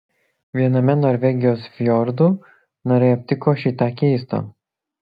viename norvegijos fjordų narai aptiko šį tą keisto